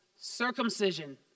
circumcision